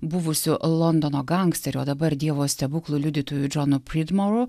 buvusiu londono gangsterių o dabar dievo stebuklų liudytojų džono prizmalo